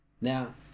Now